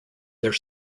their